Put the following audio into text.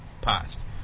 past